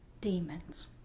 demons